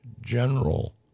general